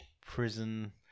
prison